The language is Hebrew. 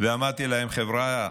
ואמרתי להם: חבריא,